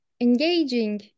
engaging